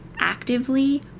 actively